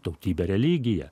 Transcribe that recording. tautybę religiją